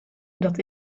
dat